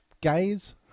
gays